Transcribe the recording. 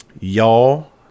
y'all